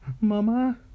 mama